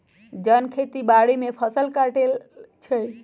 जन खेती बाड़ी में फ़सल काटइ छै